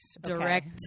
direct